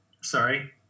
sorry –